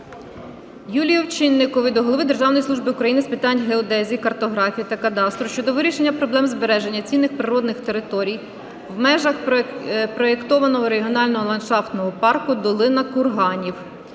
Юлії Овчинникової до голови Державної служби України з питань геодезії, картографії та кадастру щодо вирішення проблем збереження цінних природних територій в межах проєктованого регіонального ландшафтного парку "Долина Курганів".